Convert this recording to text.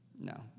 No